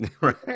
Right